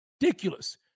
ridiculous